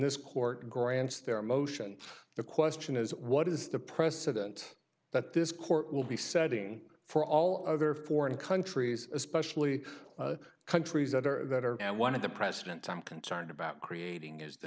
this court grants their motion the question is what is the precedent that this court will be setting for all other foreign countries especially countries that are that are and one of the president i'm concerned about creating is the